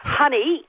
honey